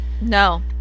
no